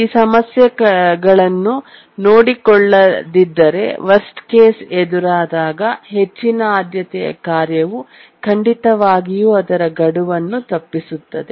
ಈ ಸಮಸ್ಯೆಯನ್ನು ನೋಡಿಕೊಳ್ಳದಿದ್ದರೆ ವರ್ಸ್ಟ್ ಕೇಸ್ ಎದುರಾದಾಗ ಹೆಚ್ಚಿನ ಆದ್ಯತೆಯ ಕಾರ್ಯವು ಖಂಡಿತವಾಗಿಯೂ ಅದರ ಗಡುವನ್ನು ತಪ್ಪಿಸುತ್ತದೆ